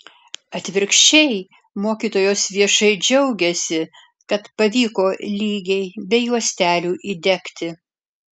atvirkščiai mokytojos viešai džiaugiasi kad pavyko lygiai be juostelių įdegti